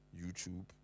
youtube